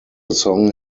song